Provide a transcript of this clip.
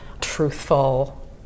truthful